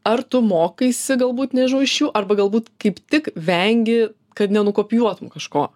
ar tu mokaisi galbūt nežinau iš jų arba galbūt kaip tik vengi kad nenukopijuotum kažko